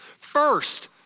first